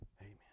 Amen